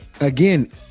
Again